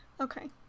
Okay